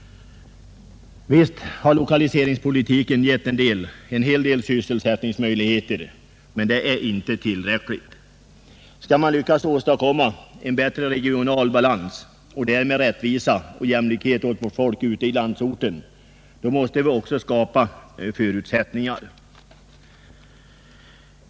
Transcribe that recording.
Visst har lokaliseringspolitiken givit en hel del sysselsättningsmöjligheter, men inte tillräckligt. Skall man lyckas åstadkomma en bättre regional balans och därmed rättvisa och jämlikhet åt vårt folk ute i landsorten, måste vi även skapa förutsättningar härför.